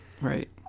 Right